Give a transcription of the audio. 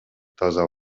таза